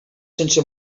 sense